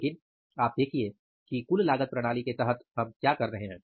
लेकिन आप देखिये कि कुल लागत प्रणाली के तहत हम क्या कर रहे हैं